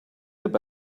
their